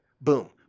Boom